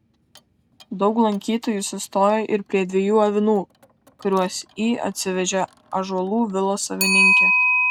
daug lankytojų sustojo ir prie dviejų avinų kuriuos į atsivežė ąžuolų vilos savininkė